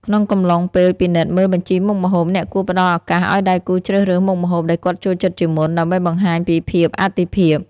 ក្នុងកំឡុងពេលពិនិត្យមើលបញ្ជីមុខម្ហូប អ្នកគួរផ្ដល់ឱកាសឱ្យដៃគូជ្រើសរើសមុខម្ហូបដែលគាត់ចូលចិត្តជាមុន ដើម្បីបង្ហាញពីភាពអាទិភាព។